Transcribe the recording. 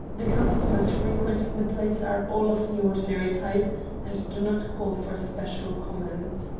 the customers frequenting the place are all of the ordinary type and do not call for special comment.